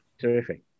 terrific